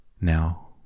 now